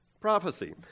Prophecy